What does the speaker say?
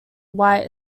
white